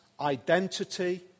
identity